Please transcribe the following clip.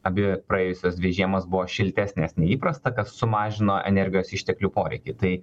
abi praėjusios dvi žiemos buvo šiltesnės nei įprasta kas sumažino energijos išteklių poreikį tai